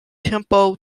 tempo